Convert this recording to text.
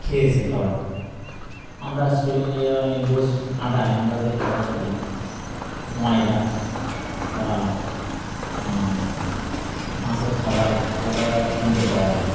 খেয়েছে খাবারটা আমরা শোলে বস কাটায় আমরা যে খাবারটা দিই ময়দা বা মাছের খাবার আলাদা কিনতে পাওয়া যায়